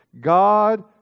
God